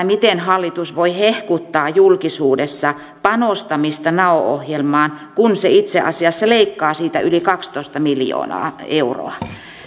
miten hallitus voi hehkuttaa julkisuudessa panostamista nao ohjelmaan kun se itse asiassa leikkaa siitä yli kaksitoista miljoonaa euroa